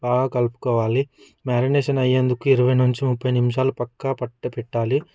బాగా కలుపుకోవాలి మ్యారినేషన్ అయ్యేందుకు ఇరవై నుంచి ముప్పై నిమిషాలు పక్కా పెట్టాలి